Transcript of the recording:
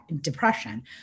depression